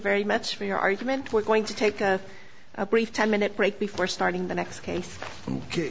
very much for your argument we're going to take a brief ten minute break before starting the next case